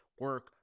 Work